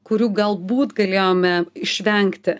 kurių galbūt galėjome išvengti